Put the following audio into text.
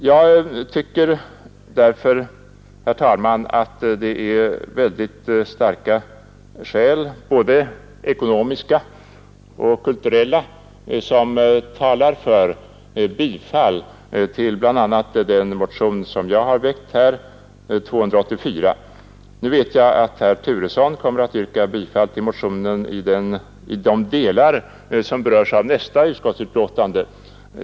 Jag tycker därför, herr talman, att det finns starka skäl — både ekonomiska och kulturella — som talar för ett bifall till bl.a. den motion som jag har väckt, nr 284. Nu vet jag att herr Turesson kommer att yrka bifall till motionen i de delar som berörs av nästa utskottsutlåtande.